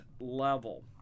level